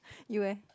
you eh